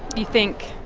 you think,